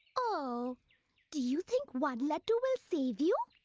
ah do you think one laddu will save you?